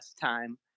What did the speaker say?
time